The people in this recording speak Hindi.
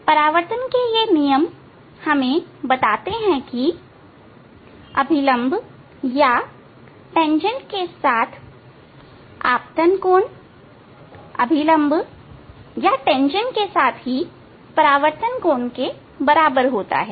परावर्तन के ये नियम हमें बताते हैं कि अभिलम्ब या तेंजेंट के साथ आपतन कोण अभिलम्ब या तेंजेंट के साथ परावर्तन के कोण के बराबर है